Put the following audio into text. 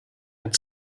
had